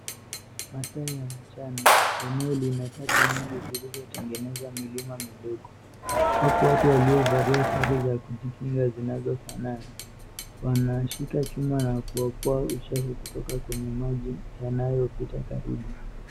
Masaa ni ya mchana. Eneo lina taka nyingi zilizotengeneza milima midogo. Wapo watu waliovaa sare za kujikinga zinazofanana wanashika chuma na kuokoa uchafu kutoka kwenye maji yanayopita karibu.